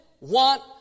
want